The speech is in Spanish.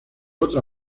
otra